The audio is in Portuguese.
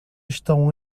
estão